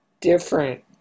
different